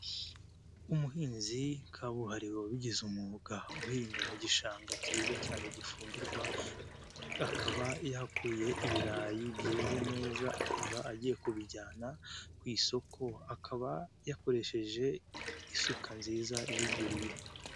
Umuhinzi kabuhariwe wabigize umwuga uhinga mu gishanga cyiza cyane gifumbirwa akaba yahakuye ibirayi byeze neza akaba agiye kubijyana ku isoko akaba yakoresheje isuka nziza yiguriye.